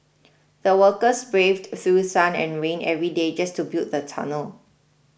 the workers braved through sun and rain every day just to build the tunnel